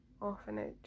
orphanage